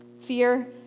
Fear